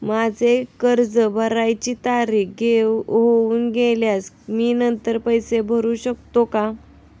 माझे कर्ज भरण्याची तारीख होऊन गेल्यास मी नंतर पैसे भरू शकतो का?